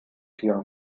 hier